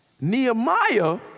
Nehemiah